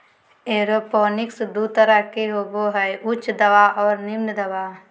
aeroponics दू तरह के होबो हइ उच्च दबाव और निम्न दबाव